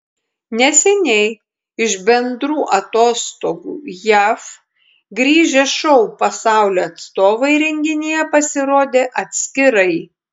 neseniai iš bendrų atostogų jav grįžę šou pasaulio atstovai renginyje pasirodė atskirai